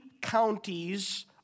counties